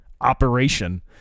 operation